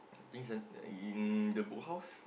things in the in the boathouse